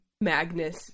Magnus